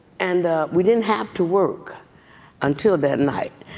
and we didn't have to work until that and night.